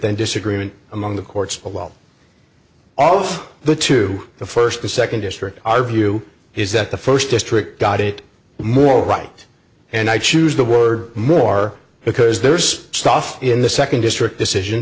than disagreement among the courts but well all of the to the first the second district our view is that the first district got it more right and i choose the word more because there's stuff in the second district decision